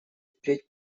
впредь